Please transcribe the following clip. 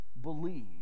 believe